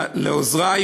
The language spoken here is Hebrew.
לעוזרי,